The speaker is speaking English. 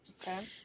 Okay